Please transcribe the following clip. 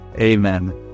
Amen